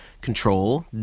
control